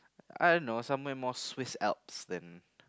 I don't know somewhere more Swiss Alps than